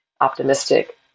optimistic